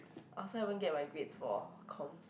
I also haven't get my grades for comms